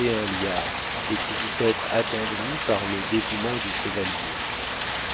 un liard et qui dut être attendri par le dévouement du chevalier